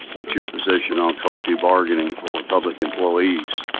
what's your position on collective bargaining for public employees?